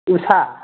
उसा